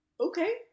Okay